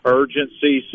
urgency